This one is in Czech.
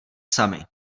sami